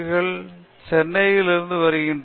அருண் நான் சென்னையில் இருந்து வந்திருக்கிறேன்